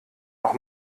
noch